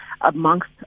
amongst